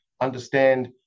Understand